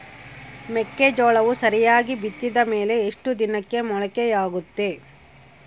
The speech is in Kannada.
ಮೆಕ್ಕೆಜೋಳವು ಸರಿಯಾಗಿ ಬಿತ್ತಿದ ಮೇಲೆ ಎಷ್ಟು ದಿನಕ್ಕೆ ಮೊಳಕೆಯಾಗುತ್ತೆ?